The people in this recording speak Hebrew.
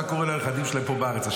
מה קורה לנכדים שלהם פה בארץ.